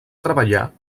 treballar